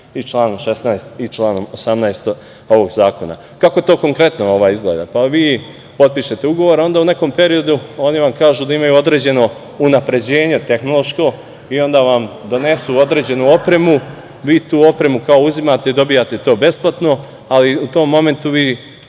i članom 16. i članom 18. ovog zakona. Kako to konkretno izgleda? Vi potpišete ugovor, onda u nekom periodu oni vam kažu da imaju određeno unapređenje tehnološko i onda vam donesu određenu opremu. Vi tu opremu kao uzimate, dobijate to besplatno, ali u tom momentu vi